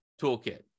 toolkit